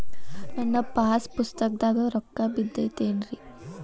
ನನ್ನ ಪಾಸ್ ಪುಸ್ತಕದಾಗ ರೊಕ್ಕ ಬಿದ್ದೈತೇನ್ರಿ?